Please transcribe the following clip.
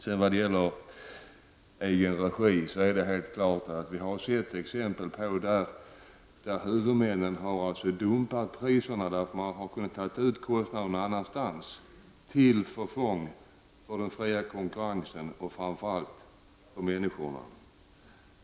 När det gäller verksamhet i egen regi har vi exempel på hur huvudmän har dumpat priserna därför att de kan ta ut det någon annanstans till förfång för fri konkurrens och framför allt för människorna.